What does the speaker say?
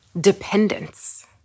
Dependence